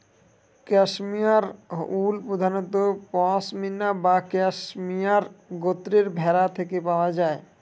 cashmere wool প্রধানত পসমিনা বা cashmere গোত্রের ভেড়া থেকে পাওয়া যায়